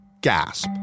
gasp